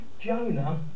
Jonah